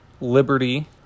liberty